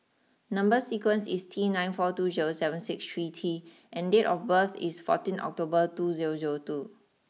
number sequence is T nine four two zero seven six three T and date of birth is fourteen October two zero zero two